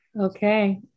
Okay